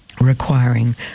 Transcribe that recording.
requiring